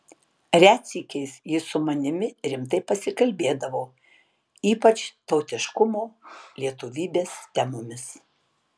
retsykiais jis su manimi rimtai pasikalbėdavo ypač tautiškumo lietuvybės temomis